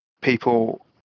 people